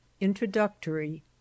Introductory